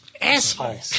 Asshole